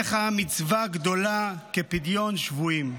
"ואין לך מצווה גדולה כפדיון שבויים".